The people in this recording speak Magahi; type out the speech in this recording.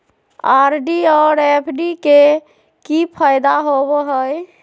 आर.डी और एफ.डी के की फायदा होबो हइ?